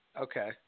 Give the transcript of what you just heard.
okay